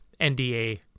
NDA